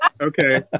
okay